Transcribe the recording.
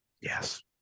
Yes